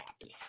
happy